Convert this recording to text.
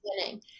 winning